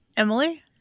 Emily